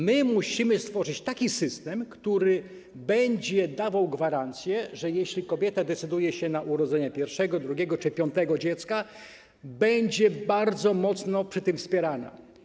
My musimy stworzyć taki system, który będzie dawał gwarancję, że jeśli kobieta decyduje się na urodzenie pierwszego, drugiego czy piątego dziecka, będzie bardzo mocno przy tym wspierana.